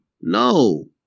No